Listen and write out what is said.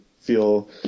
feel